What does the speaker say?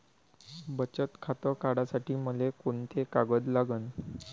बचत खातं काढासाठी मले कोंते कागद लागन?